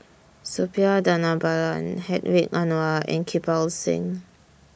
Suppiah Dhanabalan Hedwig Anuar and Kirpal Singh